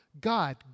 God